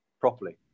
properly